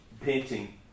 Painting